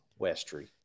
Westry